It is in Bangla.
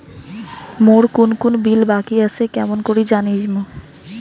মোর কুন কুন বিল বাকি আসে কেমন করি জানিম?